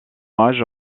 hommage